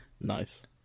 Nice